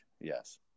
yes